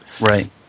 Right